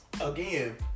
again